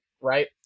Right